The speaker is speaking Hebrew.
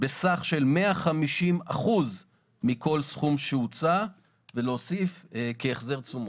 בסך 150% מכל סכום שהוצע, ולהוסיף, כהחזר תשומות.